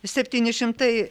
septyni šimtai